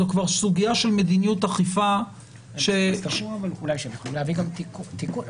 זו כבר סוגיה של מדיניות אכיפה ש --- הם יצטרכו אולי להביא תיקון.